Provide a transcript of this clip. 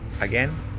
again